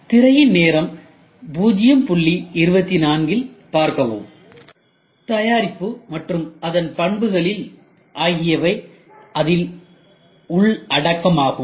திரையின் நேரம் 0024 இல் பார்க்கவும் தயாரிப்பு மற்றும் அதன் பண்புகள் ஆகியவை இதில் உள்ள உள்ளடக்கம் ஆகும்